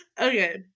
Okay